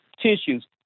tissues